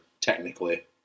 technically